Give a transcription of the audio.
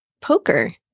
poker